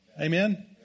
Amen